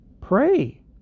Pray